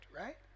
right